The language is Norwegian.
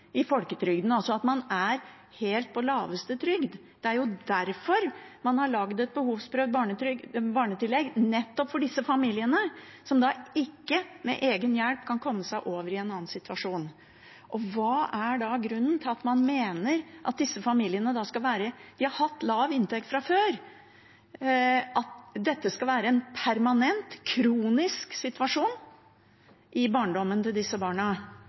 i folketrygden, man er altså på aller laveste trygd. Det er nettopp derfor man har laget et behovsprøvd barnetillegg for disse familiene som ikke ved egen hjelp kan komme seg over i en annen situasjon. Hva er grunnen til at man mener at for disse familiene, som har hatt lav inntekt fra før, skal dette være en permanent, kronisk situasjon i barndommen til disse barna?